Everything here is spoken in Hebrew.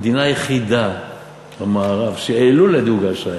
המדינה היחידה במערב שהעלו לה את דירוג האשראי